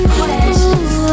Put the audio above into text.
questions